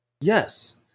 Yes